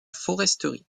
foresterie